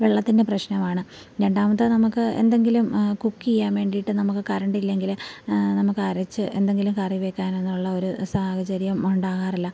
വെള്ളത്തിൻ്റെ പ്രശ്നമാണ് രണ്ടാമത്തെ നമ്മൾക്ക് എന്തെങ്കിലും കുക്ക് ചെയ്യാൻ വേണ്ടിയിട്ട് നമ്മൾക്ക് കരണ്ട് ഇല്ലെങ്കിൽ നമ്മൾക്ക് അരച്ചു എന്തെങ്കിലും കറി വയ്ക്കാനൊന്നുമുള്ള ഒരു സാഹചര്യം ഉണ്ടാകാറില്ല